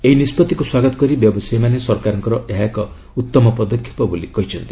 ଏହି ନିଷ୍ପଭିକୁ ସ୍ୱାଗତ କରି ବ୍ୟବସାୟିମାନେ ସରକାରଙ୍କର ଏହା ଏକ ଉତ୍ତମ ପଦକ୍ଷେପ ବୋଲି କହିଛନ୍ତି